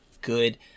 good